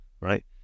right